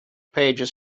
pages